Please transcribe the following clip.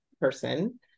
person